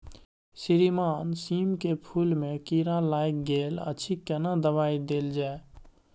श्रीमान सीम के फूल में कीरा लाईग गेल अछि केना दवाई देल जाय?